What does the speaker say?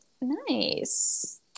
Nice